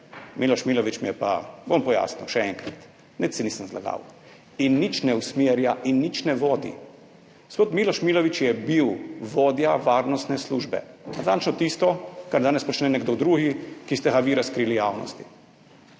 Miloš Milović, mi je pa … Bom pojasnil še enkrat. Nič se nisem zlagal in nič ne usmerja in nič ne vodi. Gospod Miloš Milovič je bil vodja varnostne službe, natančno to, kar danes počne nekdo drugi, ki ste ga vi razkrili javnosti.